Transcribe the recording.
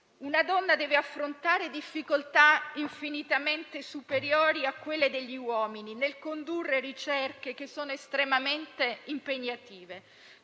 una donna deve affrontare difficoltà infinitamente superiori a quelle degli uomini nel condurre ricerche estremamente impegnative.